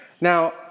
Now